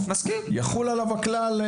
הכלל יחול עליו.